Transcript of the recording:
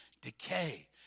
decay